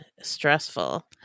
stressful